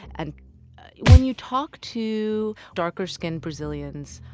and when you talk to darker-skinned brazilians,